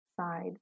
side